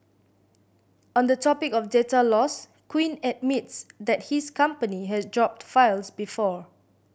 on the topic of data loss Quinn admits that his company has dropped files before